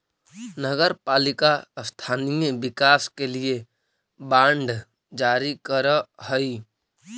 नगर पालिका स्थानीय विकास के लिए बांड जारी करऽ हई